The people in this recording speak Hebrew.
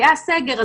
היה סגר.